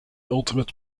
ultimate